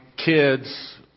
Kids